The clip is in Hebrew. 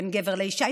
בין גבר לאישה,